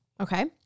Okay